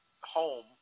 home